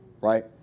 right